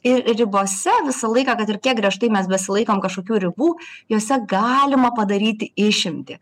ir ribose visą laiką kad ir kiek griežtai mes besilaikom kažkokių ribų jose galima padaryti išimtį